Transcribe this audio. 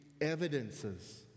evidences